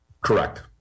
Correct